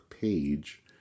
page